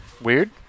Weird